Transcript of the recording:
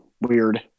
weird